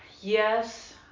yes